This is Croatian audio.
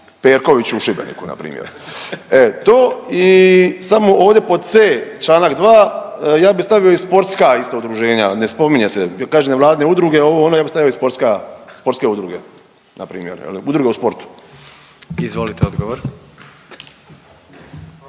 Perkoviću u Šibeniku, npr.? E to, i samo ovdje pod c, čl. 2, ja bi stavio i sportska isto, udruženja, ne spominje se jer kaže nevladine udruge, ovo, ono, ja bi stavio sportska, sportske udruge, npr., udruge u sportu. **Jandroković,